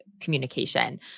communication